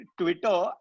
Twitter